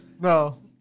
No